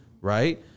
right